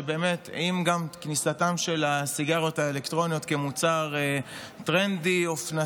באמת גם כניסתן של הסיגריות האלקטרוניות כמוצר טרנדי-אופנתי,